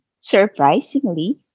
Surprisingly